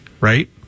Right